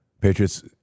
Patriots